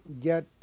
get